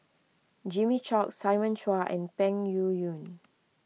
Jimmy Chok Simon Chua and Peng Yuyun